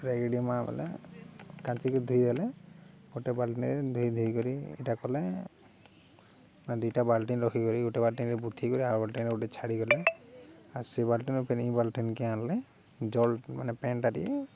ରେଗଡ଼ି ମା ବଲେ କାଚିକି ଧୋଇ ଦେଲେ ଗୋଟେ ବାଲ୍ଟି ଧୋଇ ଧୋଇ କରି ଏଇଟା କଲେ ଆ ଦୁଇଟା ବାଲ୍ଟି ରଖିକରି ଗୋଟେ ବାଲ୍ଟିରେ ବୁଥି କରି ଆଉ ଗୋଟେରେ ଗୋଟେ ଛାଡ଼ି ଗଲେ ଆଉ ସେ ବାଲ୍ଟି କିଏ ଆଣଲେ ଜଳ ମାନେ ପେନ୍ଟା ଟିକେ